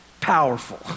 Powerful